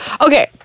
okay